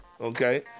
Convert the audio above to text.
Okay